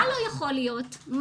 מה לא יכול להיות?